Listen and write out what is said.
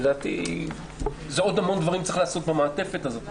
לדעתי עוד המון דברים צריך לעשות במעטפת הזאת,